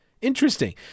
Interesting